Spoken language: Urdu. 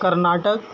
کرناٹک